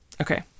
Okay